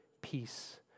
peace